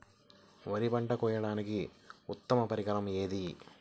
వరి పంట కోయడానికి ఉత్తమ పరికరం ఏది?